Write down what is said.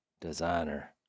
designer